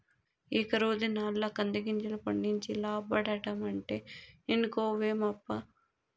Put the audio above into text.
ఈ కరువు దినాల్ల కందిగింజలు పండించి లాబ్బడమంటే ఇనుకోవేమప్పా